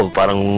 Parang